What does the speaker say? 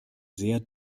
sehr